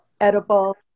edible